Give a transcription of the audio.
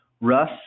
Russ